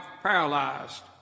paralyzed